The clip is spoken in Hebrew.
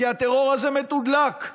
כי הטרור הזה מתודלק,